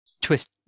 twist